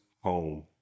home